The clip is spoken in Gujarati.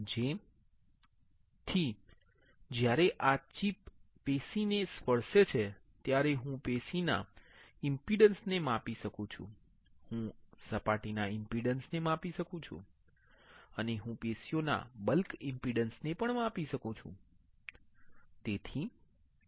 તેથી જ્યારે આ ચિપ પેશીને સ્પર્શે છે ત્યારે હું પેશીના ઇમ્પિડંસ ને માપી શકું છું હું સપાટીના ઇમ્પિડંસ ને માપી શકું છું અને હું પેશીઓના બ્લ્ક ઇમ્પિડંસ ને માપી શકું છું